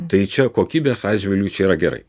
tai čia kokybės atžvilgiu čia yra gerai